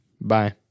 Bye